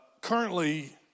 currently